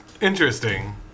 Interesting